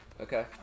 okay